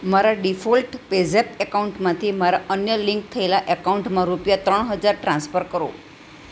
મારા default PayZapp એકાઉન્ટમાંથી મારા અન્ય લિંક થયેલાં એકાઉન્ટમાં રૂપિયા ત્રણ હજાર ટ્રાન્સફર કરો